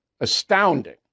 astounding